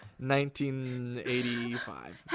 1985